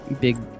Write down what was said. big